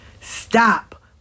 Stop